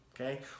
okay